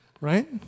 right